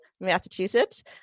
Massachusetts